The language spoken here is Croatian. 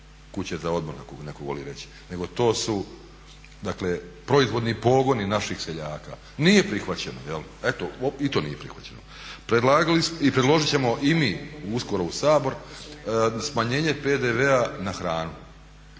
netko volio reći nego to su dakle proizvodni pogoni naših seljaka. Nije prihvaćeno jel'. Eto i to nije prihvaćeno. I predložit ćemo i mi uskoro u Sabor smanjenje PDV-a na hranu.